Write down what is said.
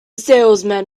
salesman